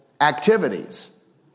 activities